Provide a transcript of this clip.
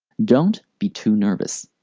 don't be too nervous.